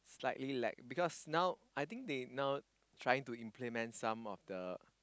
slightly like because now I think they now trying to implement some of the